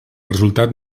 resultat